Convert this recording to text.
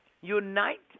unite